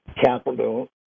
capital